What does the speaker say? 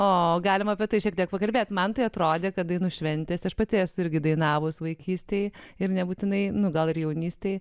o galima apie tai šiek tiek pakalbėti man tai atrodė kad dainų šventės aš pati esu irgi dainavus vaikystėje ir nebūtinai nu gal ir jaunystėje